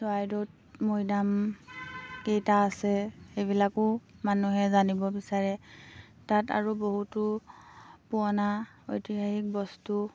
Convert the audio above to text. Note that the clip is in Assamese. চৰাইদেউত মৈদাম কেইটা আছে সেইবিলাকো মানুহে জানিব বিচাৰে তাত আৰু বহুতো পূৰণা ঐতিহাসিক বস্তু